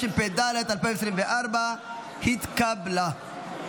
התשפ"ד 2024. הצבעה.